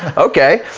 okay.